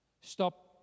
Stop